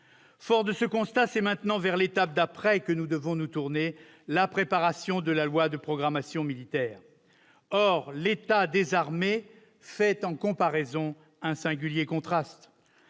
Forts de ce constat, c'est maintenant vers l'étape d'après que nous devons nous tourner : la préparation de la loi de programmation militaire. Or l'état des armées offre, en comparaison, un singulier contraste.